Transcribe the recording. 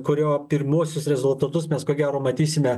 kurio pirmuosius rezultatus mes ko gero matysime